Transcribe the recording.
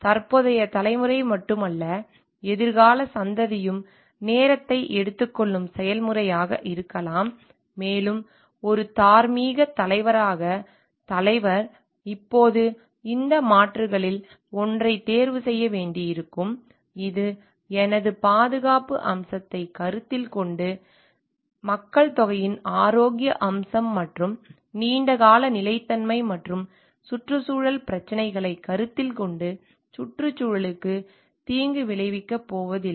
தற்போதைய தலைமுறை மட்டுமல்ல எதிர்கால சந்ததியும் நேரத்தை எடுத்துக்கொள்ளும் செயல்முறையாக இருக்கலாம் மேலும் ஒரு தார்மீகத் தலைவராக தலைவர் இப்போது இந்த மாற்றுகளில் ஒன்றைத் தேர்வு செய்ய வேண்டியிருக்கும் இது எனது பாதுகாப்பு அம்சத்தைக் கருத்தில் கொண்டு மக்கள்தொகையின் ஆரோக்கிய அம்சம் மற்றும் நீண்ட கால நிலைத்தன்மை மற்றும் சுற்றுச்சூழல் பிரச்சினைகளை கருத்தில் கொண்டு சுற்றுச்சூழலுக்கு தீங்கு விளைவிக்கப் போவதில்லை